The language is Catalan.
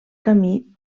camí